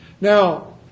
Now